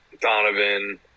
Donovan